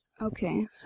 Okay